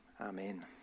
Amen